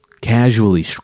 casually